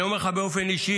אני אומר לך באופן אישי,